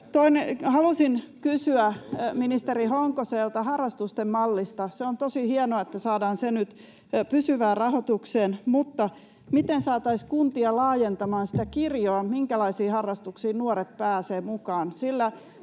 Haluaisin kysyä ministeri Honkoselta harrastusten mallista. Se on tosi hienoa, että saadaan se nyt pysyvään rahoitukseen, mutta miten saataisiin kuntia laajentamaan sitä kirjoa, minkälaisiin harrastuksiin nuoret pääsevät mukaan?